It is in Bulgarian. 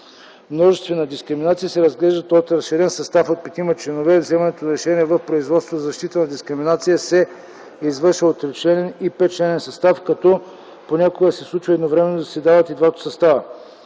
множествена дискриминация се разглеждат от разширен състав от петима членове. Вземането на решенията в производството за защита от дискриминация се извършва от тричленен и петчленен състав, като понякога се случва едновременно да заседават и двата състава.